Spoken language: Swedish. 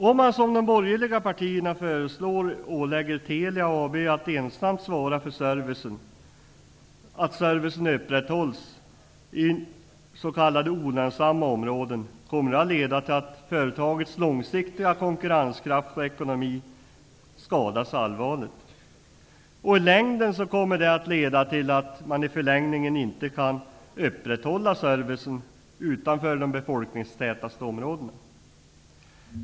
Om man, som de borgerliga partierna föreslår, ålägger Telia AB att ensamt svara för att servicen upprätthålls i s.k. olönsamma områden, kommer det att leda till att företagets långsiktiga konkurrenskraft och ekonomi skadas allvarligt. I förlängningen kommer det att leda till att man inte kan upprätthålla servicen utanför de befolkningstätaste områdena.